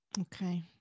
Okay